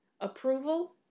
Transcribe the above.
approval